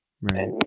right